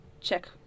check